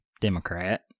Democrat